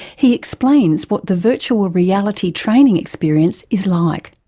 he explains what the virtual reality training experience is like.